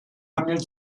handel